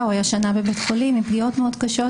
הוא היה שנה בבית חולים עם פגיעות קשות מאוד.